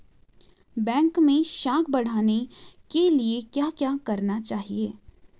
Bank मैं साख बढ़ाने के लिए क्या क्या करना चाहिए?